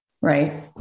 right